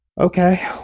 Okay